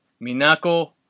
Minako